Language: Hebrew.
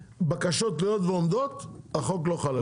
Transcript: בקשות תלויות ועומדות החוק לא חל עליהם